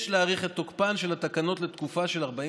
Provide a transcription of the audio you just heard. יש להאריך את תוקפן של התקנות לתקופה של 45